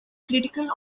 critical